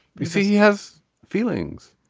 you see he has feelings.